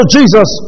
Jesus